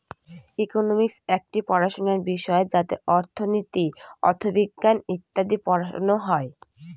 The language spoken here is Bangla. ইকোনমিক্স একটি পড়াশোনার বিষয় যাতে অর্থনীতি, অথবিজ্ঞান ইত্যাদি পড়ানো হয়